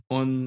on